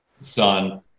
Son